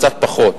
קצת פחות,